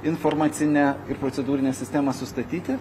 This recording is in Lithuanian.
informacinę ir procedūrinę sistemą sustatyti